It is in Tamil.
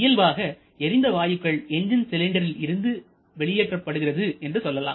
இயல்பாக எரிந்த வாயுக்கள் என்ஜின் சிலிண்டரில் இருந்து வெளியேற்றப்படுகிறது என்று சொல்லலாம்